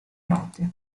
note